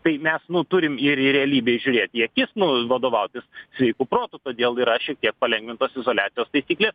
tai mes nu turim ir į realybei žiūrėt į akis nu vadovautis sveiku protu todėl yra šiek tiek palengvintos izoliacijos taisyklės